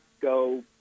go